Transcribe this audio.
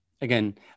again